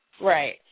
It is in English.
Right